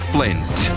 Flint